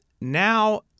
Now